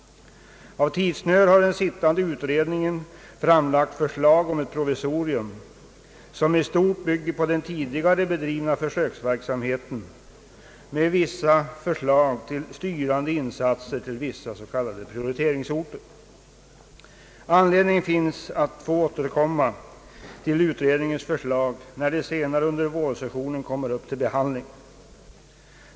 Av tidsnöd har den sittande utredningen framlagt förslag om ett provisorium, som i stort bygger på den tidigare bedrivna försöksverksamheten med vissa förslag till styrande insatser för några s.k. prioriteringsorter. Anledning finns att återkomma till utredningens förslag, när det senare under vårsessionen kommer upp till behandling.